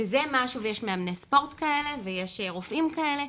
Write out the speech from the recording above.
ויש מאמני ספורט כאלה ויש רופאים כאלה.